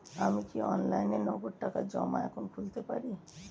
আমি কি অনলাইনে নগদ টাকা জমা এখন খুলতে পারি?